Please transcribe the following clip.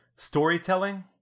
storytelling